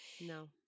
No